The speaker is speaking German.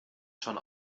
schon